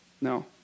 No